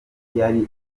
yari